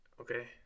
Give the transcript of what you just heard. okay